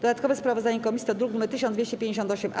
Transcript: Dodatkowe sprawozdanie komisji to druk nr 1258-A.